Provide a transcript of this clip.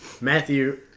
Matthew